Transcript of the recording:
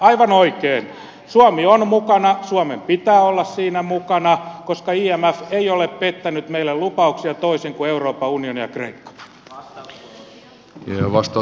aivan oikein suomi on mukana suomen pitää olla siinä mukana koska imf ei ole pettänyt meille lupauksiaan toisin kuin euroopan unioni ja kreikka